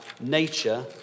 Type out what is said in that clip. nature